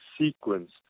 sequence